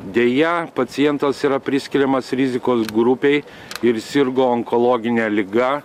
deja pacientas yra priskiriamas rizikos grupei ir sirgo onkologine liga